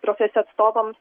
profesijų atstovams